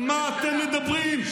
על מה אתם מדברים?